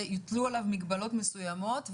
שיוטלו עליו מגבלות מסוימות,